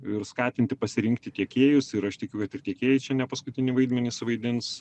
ir skatinti pasirinkti tiekėjus ir aš tikiu kad ir tiekėjai čia ne paskutinį vaidmenį suvaidins